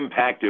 impactive